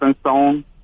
stone